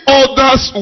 others